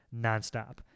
nonstop